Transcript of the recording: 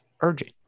urging